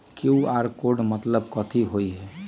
QR code के मतलब कथी होई?